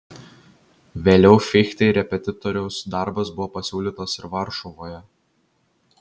vėliau fichtei repetitoriaus darbas buvo pasiūlytas ir varšuvoje